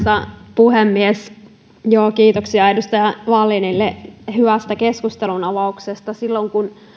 puhemies kiitoksia edustaja wallinille hyvästä keskustelunavauksesta silloin kun